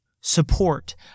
support